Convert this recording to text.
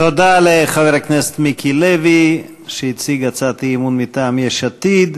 תודה לחבר הכנסת מיקי לוי שהציג הצעת אי-אמון מטעם יש עתיד.